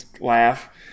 laugh